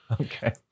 Okay